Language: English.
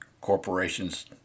corporations